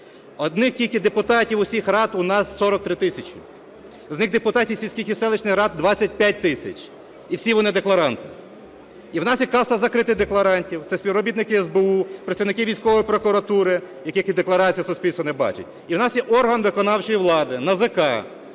Одних тільки депутатів усіх рад у нас 43 тисячі, з них депутатів сільських і селищних рад - 25 тисяч, і всі вони – декларанти. І в нас є каста закритих декларантів – це співробітники СБУ, працівники військової прокуратури, яких декларації суспільство не бачить. І в нас є орган виконавчої влади – НАЗК.